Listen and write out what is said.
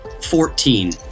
fourteen